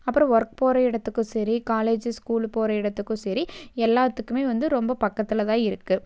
அப்புறம் ஒர்க் போகிற இடத்துக்கும் சரி காலேஜு ஸ்கூலு போகிற இடத்துக்கும் சரி எல்லாத்துக்குமே வந்து ரொம்ப பக்கத்தில் தான் இருக்குது